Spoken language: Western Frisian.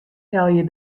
helje